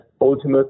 ultimately